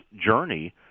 journey